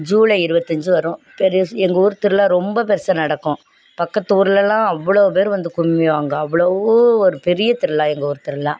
ஜூலை இருபத்தஞ்சி வரும் பெரிய ஸ் எங்கள் ஊரு திருவிழா ரொம்ப பெருசாக நடக்கும் பக்கத்து ஊரில்ல்லாம் அவ்வளோ பேர் வந்து குமியுவாங்க அவ்வளவு ஒரு பெரியவு எங்கள் ஊர் திருவிழா